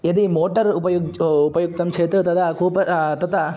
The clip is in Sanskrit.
यदि मोटर् उपयुज् उपयुक्तं चेत् तदा कूपः तथा